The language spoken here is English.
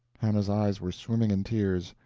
hannah's eyes were swimming in tears.